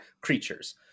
creatures